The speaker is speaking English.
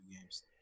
Games